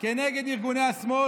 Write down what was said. כנגד ארגוני השמאל,